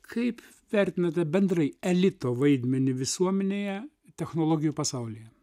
kaip vertinate bendrai elito vaidmenį visuomenėje technologijų pasaulyje